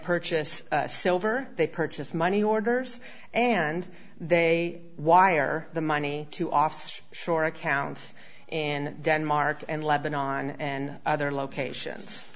purchase silver they purchase money orders and they wire the money to offset shore accounts in denmark and lebanon and other locations